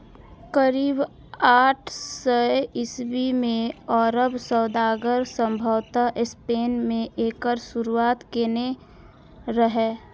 करीब आठ सय ईस्वी मे अरब सौदागर संभवतः स्पेन मे एकर शुरुआत केने रहै